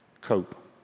cope